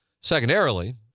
Secondarily